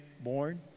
born